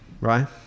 right